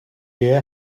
year